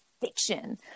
fiction